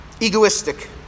egoistic